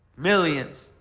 millions.